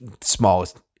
smallest